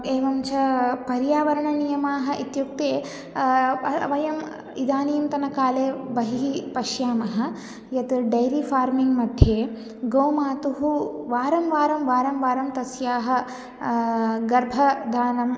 एवं च पर्यावरणनियमाः इत्युक्ते वयम् इदानीन्तनकाले बहिः पश्यामः यत् डैरि फ़ार्मिङ् मध्ये गोमातुः वारं वारं वारं वारं तस्याः गर्भदानं